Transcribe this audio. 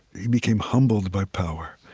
he became humbled by power,